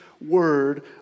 word